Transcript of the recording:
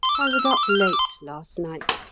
i was up late last night.